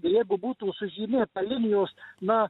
jeigu būtų sužymėta linijos na